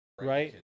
right